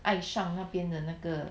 爱上那边的那个